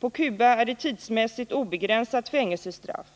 På Cuba är det tidsmässigt obegränsade fängelsestraff.